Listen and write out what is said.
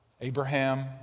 Abraham